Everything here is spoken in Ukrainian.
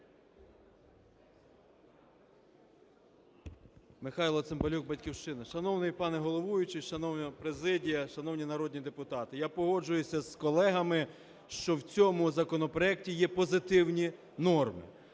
Михайло Цимбалюк, "Батьківщина". Шановний пане головуючий, шановна президія, шановні народні депутати! Я погоджуюся з колегами, що в цьому законопроекті є позитивні норми,